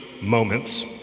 moments